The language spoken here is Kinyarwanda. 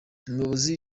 umuyobozi